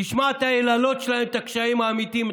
תשמע את היללות שלהן, את הקשיים האמיתייים.